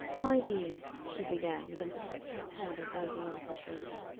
my dear, she began, with an affectionate hand on ann veronica's shoulder,